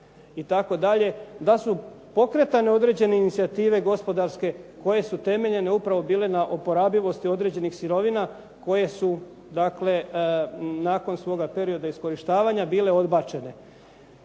da su pokretane određene inicijative gospodarske koje su temeljene upravo bile na oporabljivosti određenih sirovina koje su dakle, nakon svoga perioda iskorištavanja bile odbačene.